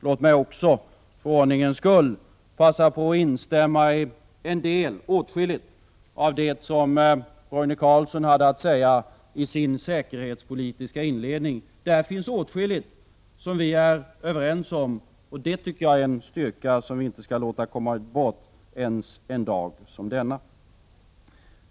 Låt mig också, för ordningens skull, passa på att instämma i stora delar av det som Roine Carlsson hade att säga i sin säkerhetspolitiska inledning. Där finns åtskilligt som vi är överens om, och det tycker jag är en styrka som vi inte skall låta komma bort ens en dag som denna.